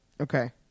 Okay